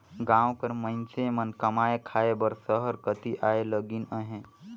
गाँव कर मइनसे मन कमाए खाए बर सहर कती आए में लगिन अहें